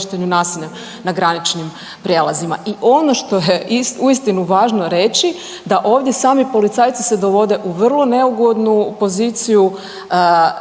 nasilja na graničnim prijelazima. I ono što je uistinu važno reći da ovdje sami policajci se dovode u vrlo neugodnu poziciju